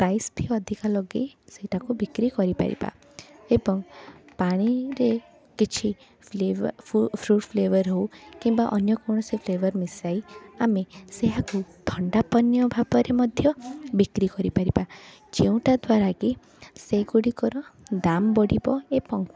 price ଭି ଅଧିକ ଲଗାଇ ସେଇଟାକୁ ବିକ୍ରି କରିପାରିବା ଏବଂ ପାଣିରେ କିଛି ଫ୍ଲେବ ଫୁଡ଼ ଫ୍ଲେବର ହଉ କିମ୍ବା ଅନ୍ୟକୌଣସି ଫ୍ଲେବର ମିଶାଇ ଆମେ ସେହାକୁ ଥଣ୍ଡାପାନୀୟ ଭାବରେ ମଧ୍ୟ ବିକ୍ରି କରିପାରିବା ଯୋଉଁଟା ଦ୍ଵାରା କି ସେଗୁଡ଼ିକର ଦାମ୍ ବଢ଼ିବ ଏବଂ